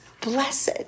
blessed